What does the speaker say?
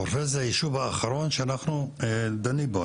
חורפיש זה היישוב האחרון שאנחנו דנים בו.